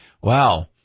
wow